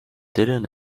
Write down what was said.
dylan